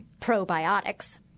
probiotics